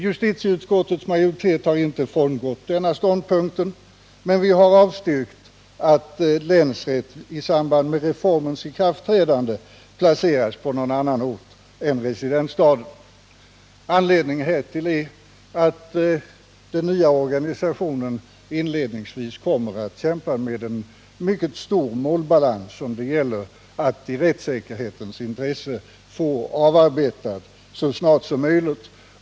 Justitieutskottets majoritet har inte frångått denna ståndpunkt, men vi har avstyrkt att länsrätt vid reformens ikraftträdande placeras på annan ort än residensstad. Anledningen härtill är att den nya organisationen inledningsvis kommer att kämpa med en mycket stor målbalans, som det gäller att i rättssäkerhetens intresse få avarbetad så snart som möjligt.